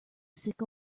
sick